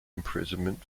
imprisonment